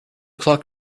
clock